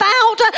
out